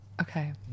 Okay